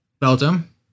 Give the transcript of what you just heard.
Belgium